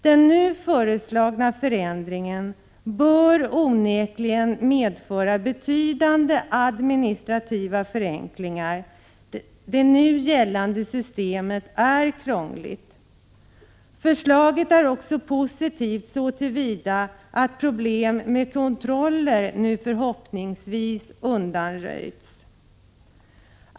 Den nu föreslagna förändringen bör — onekligen —- medföra betydande administrativa förenklingar. Det nu gällande systemet är krångligt. Förslaget är också positivt så till vida att problem med kontroller nu förhoppningsvis undanröjts.